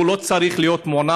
והוא לא צריך להיות מוענש.